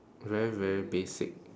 very very basic